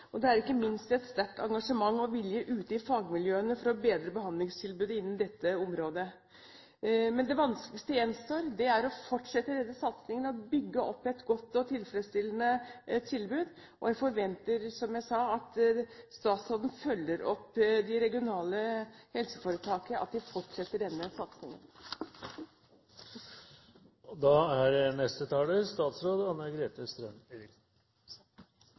og det er ikke minst et sterkt engasjement og en sterk vilje ute i fagmiljøene for å bedre behandlingstilbudet innen dette området. Men det vanskeligste gjenstår, og det er å fortsette denne satsingen og bygge opp et godt og tilfredsstillende tilbud, og jeg forventer, som jeg sa, at statsråden følger opp at de regionale helseforetakene fortsetter denne satsingen. Dette har vært en interessant debatt, for det dreier seg om så veldig mange ulike grupper. Da